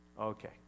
okay